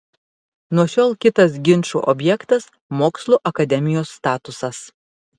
nuo šiol kitas ginčų objektas mokslų akademijos statusas